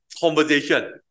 conversation